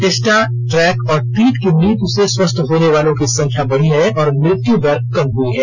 टेस्टा track और treat की नीति से स्वस्थ होने वालों की संख्या बढी है और मृत्यु दर कम हई है